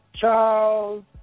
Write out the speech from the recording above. Charles